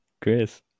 Chris